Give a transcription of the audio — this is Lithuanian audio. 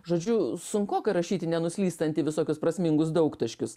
žodžiu sunkoka rašyti nenuslystant į visokius prasmingus daugtaškius